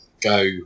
go